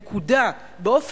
נקודה.